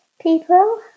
people